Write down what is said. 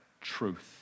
truth